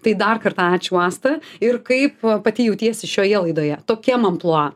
tai dar kartą ačiū asta ir kaip pati jautiesi šioje laidoje tokiam amplua